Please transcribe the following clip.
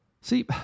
See